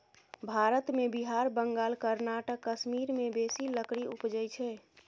भारत मे बिहार, बंगाल, कर्नाटक, कश्मीर मे बेसी लकड़ी उपजइ छै